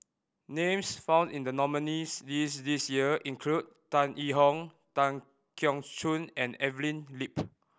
names found in the nominees' list this year include Tan Yee Hong Tan Keong Choon and Evelyn Lip